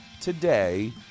today